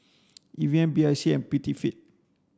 Evian B I C and Prettyfit